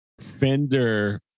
Fender